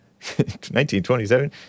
1927